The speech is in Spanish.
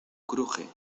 cruje